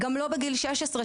גם לא בגיל 16,